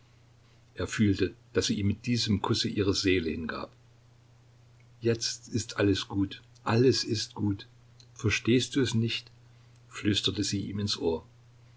er fühlte daß sie ihm mit diesem kusse ihre seele hingab jetzt ist es gut alles ist gut verstehst du es nicht flüsterte sie ihm ins ohr